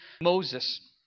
Moses